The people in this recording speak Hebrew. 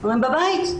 הם בבית.